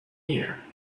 year